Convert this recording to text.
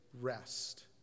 rest